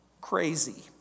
crazy